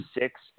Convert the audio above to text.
six